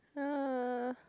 yeah